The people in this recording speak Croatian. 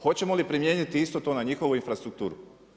Hoćemo li primijeniti isto to na njihovu infrastrukturu?